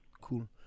cool